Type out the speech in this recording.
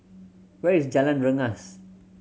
where is Jalan Rengas